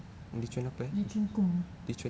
lee chun kum